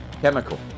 chemical